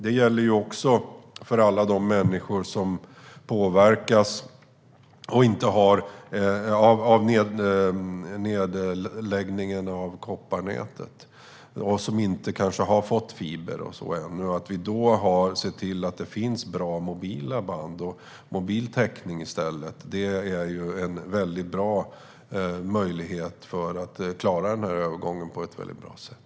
Det gäller också för alla de människor som påverkas av nedläggningen av kopparnätet och som kanske inte har fått fiber ännu. Att vi ser till att det finns bra mobila band och mobil täckning i stället ger en mycket god möjlighet att klara den här övergången på ett väldigt bra sätt.